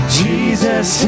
jesus